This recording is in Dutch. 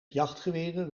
jachtgeweren